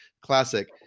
Classic